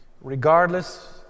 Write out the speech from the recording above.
Regardless